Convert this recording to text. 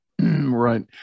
Right